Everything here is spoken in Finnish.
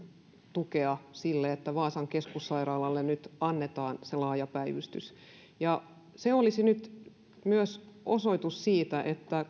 tukea sille että vaasan keskussairaalalle annetaan se laaja päivystys se olisi nyt myös osoitus siitä että